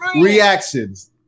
reactions